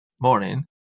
morning